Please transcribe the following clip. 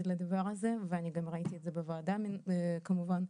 לדבר וגם ראיתי את זה בוועדה כמובן,